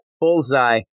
Bullseye